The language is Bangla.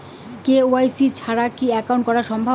কে.ওয়াই.সি ছাড়া কি একাউন্ট করা সম্ভব?